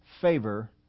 favor